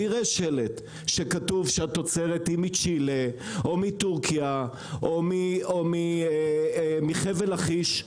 ויראה שלט שכתוב שהתוצרת היא מצ'ילה או מטורקיה או מחבל לכיש,